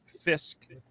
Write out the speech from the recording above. fisk